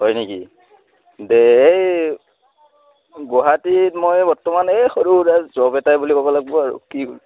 হয় নেকি দে এই গুৱাহাটীত মই বৰ্তমান এই সৰু এটা জব এটাই বুলি ক'ব লাগব আৰু কি